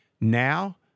Now